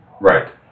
Right